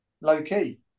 low-key